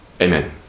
Amen